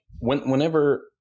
whenever